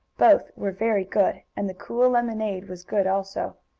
both were very good. and the cool lemonade was good also.